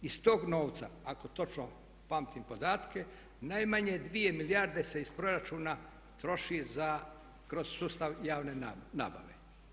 Iz tog novca ako točno pamtim podatke najmanje 2 milijarde se iz proračuna troši kroz sustav javne nabave.